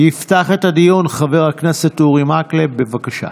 יפתח את הדיון חבר הכנסת אורי מקלב, בבקשה.